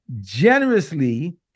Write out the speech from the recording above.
generously